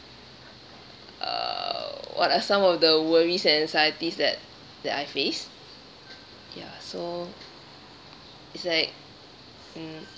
uh what are some of the worries and anxieties that that I face ya so it's like mm